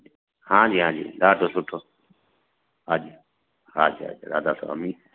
हां जी हां जी ॾाढो सुठो हा जी हा अच्छा अच्छा राधा स्वामी